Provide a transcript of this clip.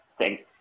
Thanks